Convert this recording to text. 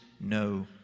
no